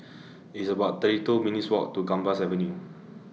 It's about thirty two minutes' Walk to Gambas Avenue